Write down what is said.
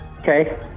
Okay